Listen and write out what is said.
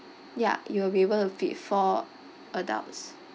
ya it will be able to fit four adults